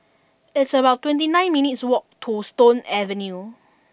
it's about twenty nine minutes' walk to Stone Avenue